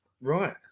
Right